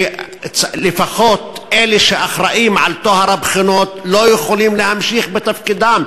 לפחות אלה שאחראים לטוהר הבחינות לא יכולים להמשיך בתפקידם,